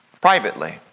privately